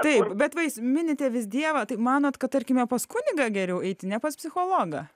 taip bet va jūs minite vis dievą taip manot kad tarkime pas kunigą geriau eiti ne pas psichologą